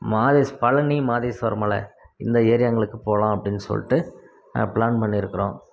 மாதிஸ் பழனி மாதேஸ்வரம் மலை இந்த ஏரியாகளுக்கு போகலாம் அப்படின் சொல்லிட்டு பிளான் பண்ணிருக்கிறோம்